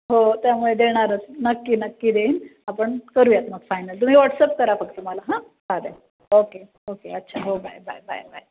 हो त्यामुळे देणारच नक्की नक्की देईन आपण करूयात मग फायनल तुम्ही वॉट्सअप करा फक्त मला हां चालेल ओके ओके अच्छा हो बाय बाय बाय बाय